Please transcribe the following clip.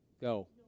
go